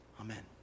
Amen